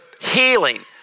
Healing